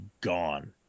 gone